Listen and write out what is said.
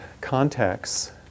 contexts